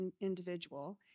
individual